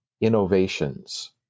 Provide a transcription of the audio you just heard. innovations